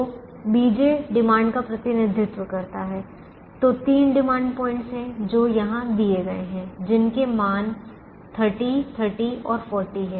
तो bj का प्रतिनिधित्व करता है तो तीन डिमांड पॉइंटस हैं जो यहां दिए गए हैं जिनके मान 30 30 और 40 हैं